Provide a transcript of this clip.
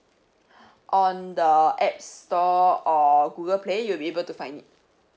on the apps store or Google play you'll be able to find it